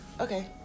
Okay